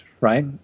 right